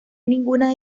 ninguna